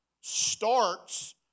starts